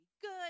good